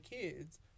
kids